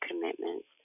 commitments